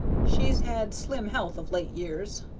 she's had slim health of late years.